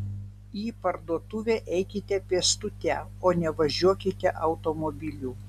į parduotuvę eikite pėstute o ne važiuokite automobiliu